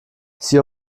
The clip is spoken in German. sie